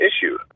issue